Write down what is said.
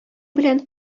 белән